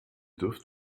dürft